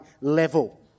level